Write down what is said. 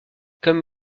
comme